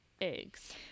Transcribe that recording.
eggs